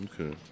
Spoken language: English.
Okay